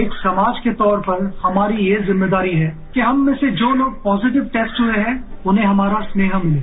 एक समाज के तौर पर हमारी ये जिम्मेदारी है कि हम में से जो लोग पॉजिटिव टेस्ट हुए हैं उन्हें हमारा स्नेह भिले